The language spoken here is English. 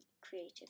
creative